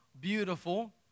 beautiful